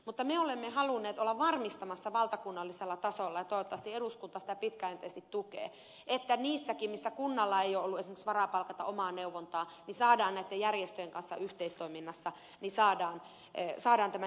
mutta me olemme halunneet olla varmistamassa valtakunnallisella tasolla ja toivottavasti eduskunta sitä pitkäjänteisesti tukee että sielläkin missä kunnalla esimerkiksi ei ole ollut varaa palkata omaa neuvontaa saadaan näiden järjestöjen kanssa yhteistoiminnassa tämä neuvontajärjestelmä kuntoon